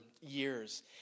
years